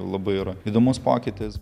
labai įdomus pokytis